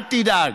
אל תדאג,